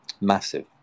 massive